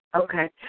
okay